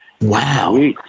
Wow